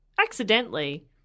Accidentally